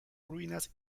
ruinas